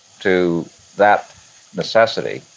to that necessity